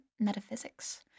Metaphysics